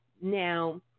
Now